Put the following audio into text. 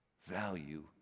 value